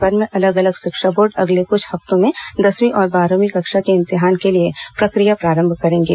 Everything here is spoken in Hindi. देशभर में अलग अलग शिक्षा बोर्ड अगले कुछ हफ्तों में दसवीं और बारहवीं कक्षा के इम्तिहान के लिए प्रक्रिया प्रारंभ करेंगे